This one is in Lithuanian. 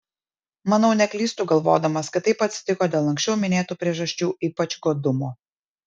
manau neklystu galvodamas kad taip atsitiko dėl anksčiau minėtų priežasčių ypač godumo